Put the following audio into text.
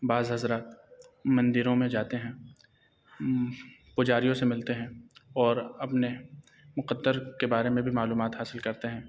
بعض حضرات مندروں میں جاتے ہیں پجاریوں سے ملتے ہیں اور اپنے مقدر کے بارے میں بھی معلومات حاصل کرتے ہیں